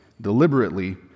deliberately